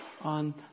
on